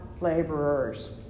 laborers